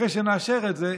אחרי שנאשר את זה,